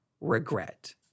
regret